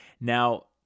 Now